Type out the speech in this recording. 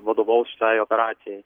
vadovaus šitai operacijai